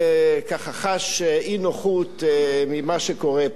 ככה, חש אי-נוחות ממה שקורה פה.